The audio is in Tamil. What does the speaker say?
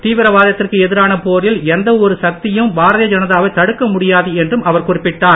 தீவிரவாதத்திற்கு எதிரான போரில் எந்த ஒரு சக்தியும் பாரதிய ஜனதாவைத் தடுக்க முடியாது என்றும் அவர் குறிப்பிட்டார்